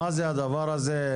מה הדבר הזה.